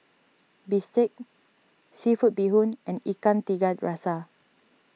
Bistake Seafood Bee Hoon and Ikan Tiga Rasa